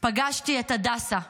פגשתי את הדסה היקרה,